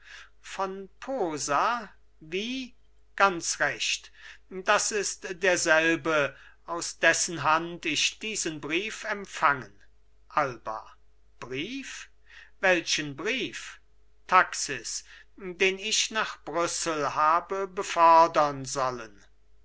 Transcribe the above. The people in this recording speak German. von posa wie ganz recht das ist derselbe aus dessen hand ich diesen brief empfangen alba brief welchen brief taxis den ich nach brüssel habe befördern sollen